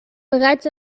bereits